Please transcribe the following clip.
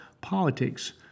politics